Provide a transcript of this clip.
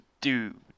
dude